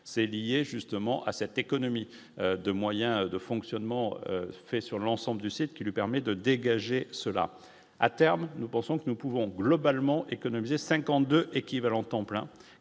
c'est lié justement à cette économie de moyens de fonctionnement fait sur l'ensemble du site qui lui permet de dégager cela. à terme, nous pensons que nous pouvons globalement économiser 52 équivalents temps plein